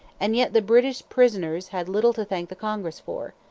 and yet the british prisoners had little to thank the congress for.